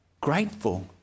grateful